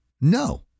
No